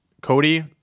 Cody